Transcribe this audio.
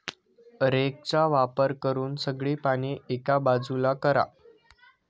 रेकचा वापर करून सगळी पाने एका बाजूला करा